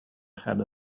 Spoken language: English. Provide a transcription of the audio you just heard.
ahead